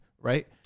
Right